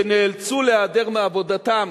שנאלצו להיעדר מעבודתן